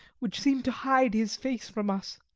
which seemed to hide his face from us.